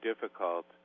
difficult